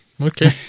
Okay